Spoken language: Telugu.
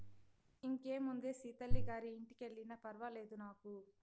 ఇంకేముందే సీతల్లి గారి ఇంటికెల్లినా ఫర్వాలేదు నాకు